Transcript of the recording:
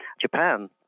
Japan